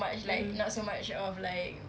mmhmm